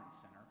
Center